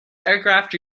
aircraft